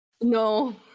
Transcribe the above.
No